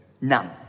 None